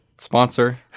Sponsor